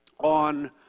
On